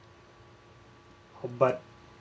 but